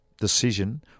decision